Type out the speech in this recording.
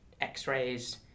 x-rays